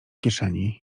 kieszeni